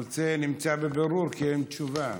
הנושא נמצא בבירור, ואין תשובה.